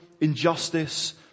injustice